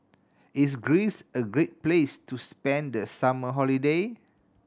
is Greece a great place to spend the summer holiday